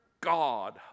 God